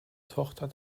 tochter